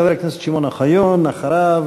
חבר הכנסת שמעון אוחיון, ואחריו